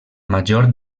major